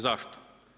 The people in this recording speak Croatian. Zašto?